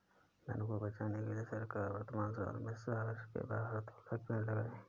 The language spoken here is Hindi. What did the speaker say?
वनों को बचाने के लिए सरकार ने वर्तमान साल में शहर के बाहर दो लाख़ पेड़ लगाए हैं